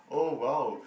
oh !wow!